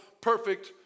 perfect